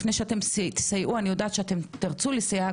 לפני שתסייעו אני יודעת שתרצו לסייע,